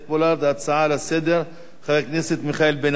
חבר הכנסת מיכאל בן-ארי, בבקשה.